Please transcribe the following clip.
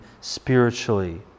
spiritually